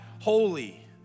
holy